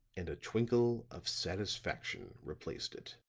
and a twinkle of satisfaction replaced it.